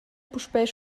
puspei